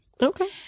Okay